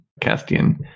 Castian